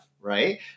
right